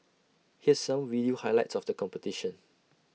here's some video highlights of the competition